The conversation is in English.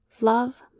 Love